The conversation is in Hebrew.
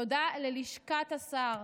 תודה ללשכת השר,